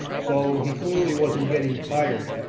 so he clearly wasn't getting tired.